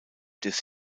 des